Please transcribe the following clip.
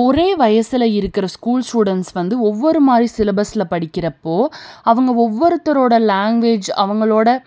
ஒரே வயசில் இருக்கிற ஸ்கூல் ஸ்டூடண்ஸ் வந்து ஒவ்வொரு மாதிரி சிலபஸில் படிக்கிறப்போது அவங்க ஒவ்வொருத்தரோட லாங்குவேஜ் அவங்களோட